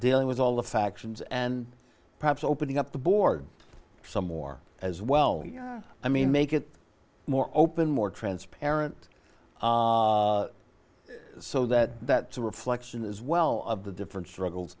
dealing with all the factions and perhaps opening up the board some more as well i mean make it more open more transparent so that that's a reflection as well of the different struggles